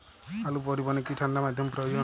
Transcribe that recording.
আলু পরিবহনে কি ঠাণ্ডা মাধ্যম প্রয়োজন?